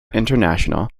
international